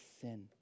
sin